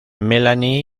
melanie